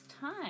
time